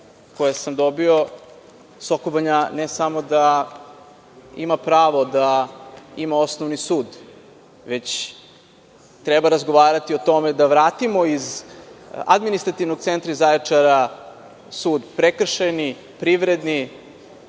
koje sam dobio, Soko Banja, ne samo da ima pravo da ima osnovni sud, već treba razgovarati o tome da vratimo iz administrativnog centra iz Zaječara Prekršajni sud, Privredni,